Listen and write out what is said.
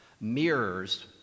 mirrors